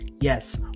Yes